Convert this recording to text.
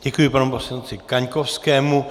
Děkuji panu poslanci Kaňkovskému.